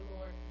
Lord